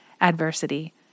adversity